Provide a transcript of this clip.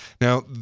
Now